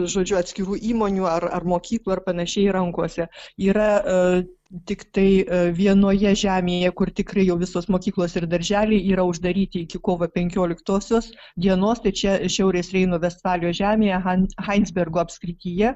žodžiu atskirų įmonių ar ar mokyklų ar panašiai rankose yra tiktai vienoje žemėje kur tikrai jau visos mokyklos ir darželiai yra uždaryti iki kovo penkioliktos dienos tai čia šiaurės reino vestfalijos žemėje ain hainsbergo apskrityje